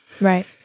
right